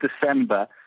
December